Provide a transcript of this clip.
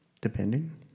depending